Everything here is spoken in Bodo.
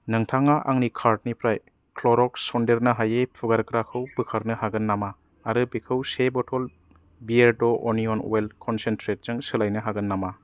नोंथाङा आंनि कार्टनिफ्राय क्लरक्स सन्देरनो हायि फुगारग्राखौ बोखारनो हागोन नामा आरो बेखौ से बथल बियेरड' अनिअन अइल कनसेन्ट्रेटजों सोलायनो हागोन नामा